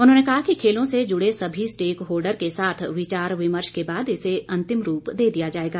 उन्होंने कहा कि खेलों से जुड़े सभी स्टेक होल्डर के साथ विचार विमर्श के बाद इसे अंतिम रूप दे दिया जाएगा